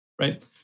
right